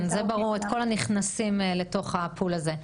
כן, ברור, את כל הנכנסים לתוך הפול הזה.